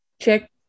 Check